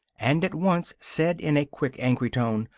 and at once said in a quick angry tone,